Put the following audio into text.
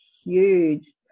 huge